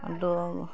आओर डोम